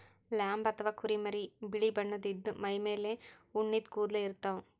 lamb ಅಥವಾ ಕುರಿಮರಿ ಬಿಳಿ ಬಣ್ಣದ್ ಇದ್ದ್ ಮೈಮೇಲ್ ಉಣ್ಣಿದ್ ಕೂದಲ ಇರ್ತವ್